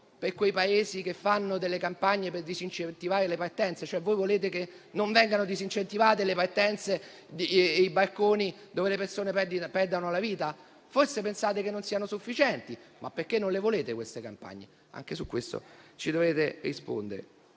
per i Paesi che fanno campagne per disincentivare le partenze? Volete cioè che non vengano disincentivate le partenze dei barconi sui quali le persone perdono la vita? Forse pensate che non siano sufficienti, ma perché non volete queste campagne? Anche su questo ci dovete rispondere.